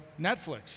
Netflix